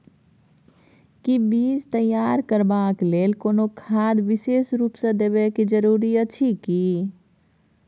कि बीज तैयार करबाक लेल कोनो खाद विशेष रूप स देबै के जरूरी अछि की?